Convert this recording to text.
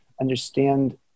understand